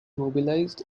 mobilized